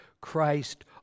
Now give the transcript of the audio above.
Christ